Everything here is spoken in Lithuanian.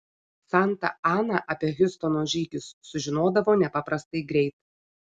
santa ana apie hiustono žygius sužinodavo nepaprastai greit